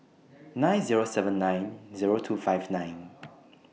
nine Zero seven nine Zero two five nine